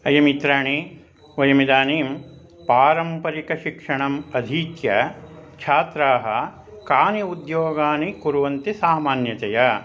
अयि मित्राणि वयमिदानीं पारम्परिकशिक्षणम् अधीत्य छात्राः कानि उद्योगानि कुर्वन्ति सामान्यतया